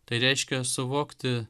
tai reiškia suvokti